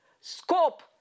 scope